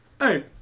hey